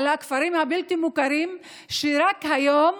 על הכפרים הבלתי-מוכרים, שרק היום